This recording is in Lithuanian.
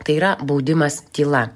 tai yra baudimas tyla